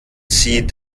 sie